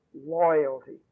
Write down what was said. Loyalty